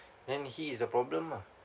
then he is the problem ah